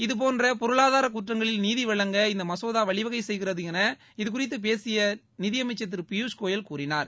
இதுபோன்ற பொருளாதார குற்றங்களில் நீதி வழங்க இந்த மசோதா வழிவகை செய்கிறது என இது பேசிய நிதியமைச்சர் குறித்து திரு பியூஸ்கோயல் கூறினார்